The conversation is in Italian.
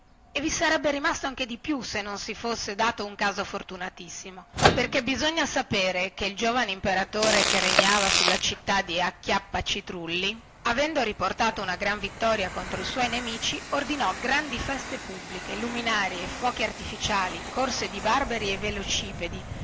e vi sarebbe rimasto anche di più se non si fosse dato un caso fortunatissimo perché bisogna sapere che il giovane imperatore che regnava nella città di acchiappacitrulli avendo riportato una gran vittoria contro i suoi nemici ordinò grandi feste pubbliche luminarie fuochi artificiali corse di barberi e velocipedi